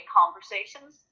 conversations